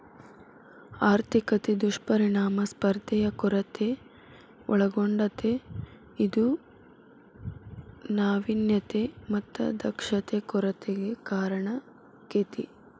ಆರ್ಥಿಕತೆ ದುಷ್ಪರಿಣಾಮ ಸ್ಪರ್ಧೆಯ ಕೊರತೆ ಒಳಗೊಂಡತೇ ಇದು ನಾವಿನ್ಯತೆ ಮತ್ತ ದಕ್ಷತೆ ಕೊರತೆಗೆ ಕಾರಣಾಕ್ಕೆತಿ